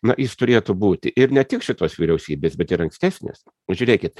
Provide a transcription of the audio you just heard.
na jis turėtų būti ir ne tik šitos vyriausybės bet ir ankstesnės žiūrėkit